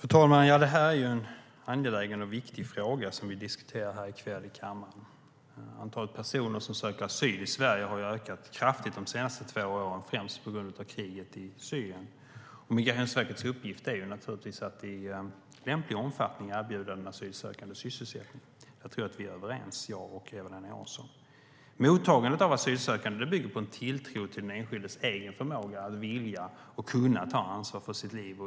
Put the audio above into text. Fru talman! Det är en angelägen och viktig fråga som vi diskuterar här i kväll i kammaren. Antalet personer som söker asyl i Sverige har ökat kraftigt de senaste två åren främst på grund av kriget i Syrien. Migrationsverkets uppgift är att i lämplig omfattning erbjuda den asylsökande sysselsättning. Jag tror att vi är överens om det, jag och Eva-Lena Jansson. Mottagandet av asylsökande bygger på en tilltro till den enskildes egen förmåga och vilja att kunna ta ansvar för sitt liv.